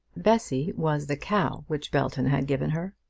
bessy was the cow which belton had given her.